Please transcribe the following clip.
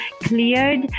cleared